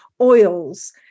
oils